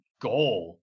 goal